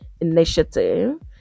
initiative